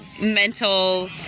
mental